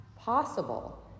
possible